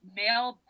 male